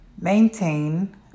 maintain